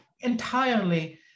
entirely